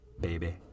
baby